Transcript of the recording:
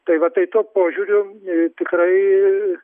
tai va tai tuo požiūriu tikrai